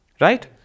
Right